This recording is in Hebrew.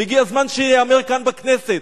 והגיע הזמן שייאמר כאן בכנסת: